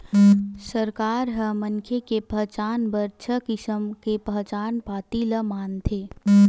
सरकार ह मनखे के पहचान बर छय किसम के पहचान पाती ल मानथे